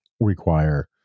require